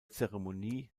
zeremonie